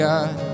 God